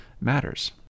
matters